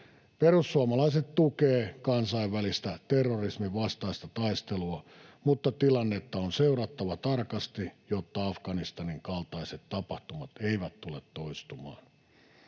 Perussuomalaiset tukevat kansainvälistä terrorisminvastaista taistelua, mutta tilannetta on seurattava tarkasti, jotta Afganistanin kaltaiset tapahtumat eivät tule toistumaan.